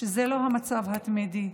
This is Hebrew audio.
שזה לא המצב התמידי.